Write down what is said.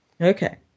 Okay